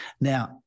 Now